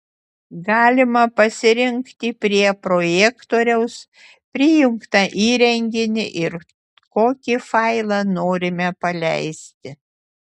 galima pasirinkti prie projektoriaus prijungtą įrenginį ir kokį failą norime paleisti